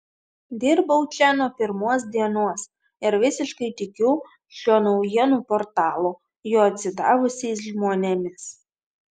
dirbau čia nuo pirmos dienos ir visiškai tikiu šiuo naujienų portalu jo atsidavusiais žmonėmis